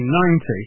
1990